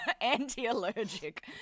Anti-allergic